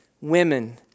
women